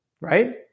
right